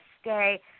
stay